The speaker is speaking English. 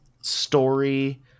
story